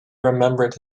remembered